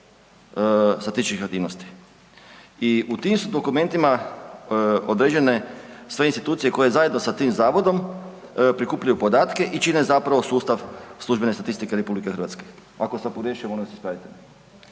u tim su dokumentima određene sve institucije koje zajedno sa tim zavodom prikupljaju podatke i čine sustav službene statistike RH. Ako sam pogriješio molim vas ispravite